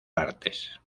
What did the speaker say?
partes